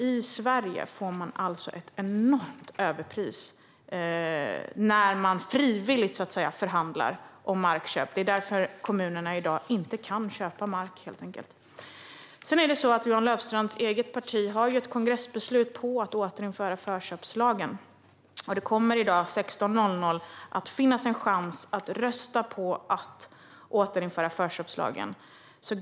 I Sverige får man ett enormt överpris när man frivilligt förhandlar om markköp, och det är därför kommunerna inte kan köpa mark i dag. Johan Löfstrands eget parti har ett kongressbeslut om att återinföra förköpslagen, och i dag kl. 16.00 kommer det att finnas en chans att rösta för att återinföra denna lag.